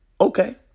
Okay